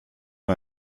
nur